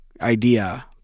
idea